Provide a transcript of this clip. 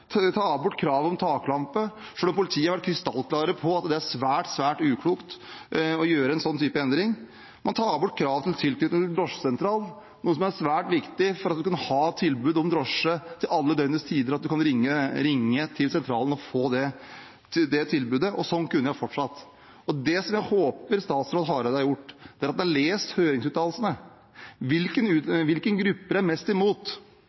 bort kravet om taklampe, selv om politiet har vært krystallklare på at det er svært uklokt å gjøre en slik endring. Man tar bort kravet om tilknytning til en drosjesentral, noe som er svært viktig for å kunne ha et tilbud om drosje til alle døgnets tider, og for at man skulle kunne ringe til sentralen og få det tilbudet. Slik kunne jeg fortsatt. Jeg håper statsråd Hareide har lest høringsuttalelsene. Hvilke grupper er mest imot? Det er grupper som Kristelig Folkeparti ofte løfter fram. Funksjonshemmedes Fellesorganisasjon er sterkt imot